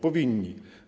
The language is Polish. Powinni.